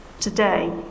Today